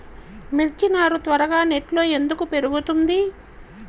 మిర్చి నారు త్వరగా నెట్లో ఎందుకు పెరుగుతుంది?